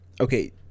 Okay